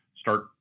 start